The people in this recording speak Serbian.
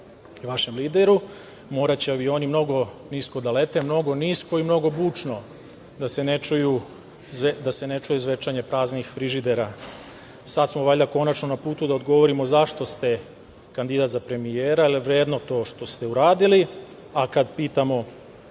i vašem lideru. Moraće avioni mnogo nisko da lete, mnogo nisko i mnogo bučno da se ne čuje zvečanje praznih frižidera. Sad smo valjda konačno na putu da odgovorimo zašto ste kandidat za premijera. Jel vredno to što ste uradili? Kada pitamo